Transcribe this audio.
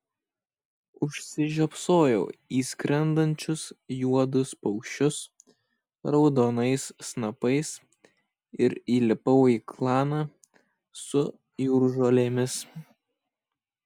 užsižiopsojau į skrendančius juodus paukščius raudonais snapais ir įlipau į klaną su jūržolėmis